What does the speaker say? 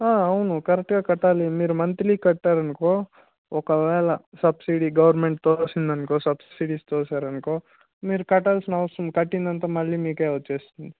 అవును కరెక్ట్గా కట్టాలి మీరు మంత్లీ కట్టాలి అనుకో ఒకవేళ సబ్సిడీ గవర్నమెంట్ సబ్సిడీ అనుకో మీరు కట్టాల్సిన అవసరం కట్టిన అంత మళ్ళీ మీకే వచ్చేస్తుంది